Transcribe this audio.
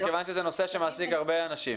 זה נושא שמעסיק הרבה אנשים.